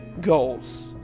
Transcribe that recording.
goals